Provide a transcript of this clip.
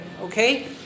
Okay